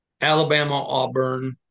Alabama-Auburn